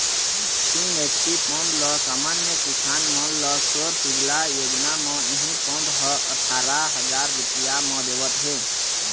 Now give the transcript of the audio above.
तीन HP pump ल समान्य किसान मन ल सौर सूजला योजना म इहीं पंप ह अठारा हजार रूपिया म देवत हे